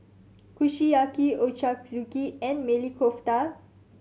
Kushiyaki Ochazuke and Maili Kofta